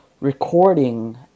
recording